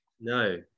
no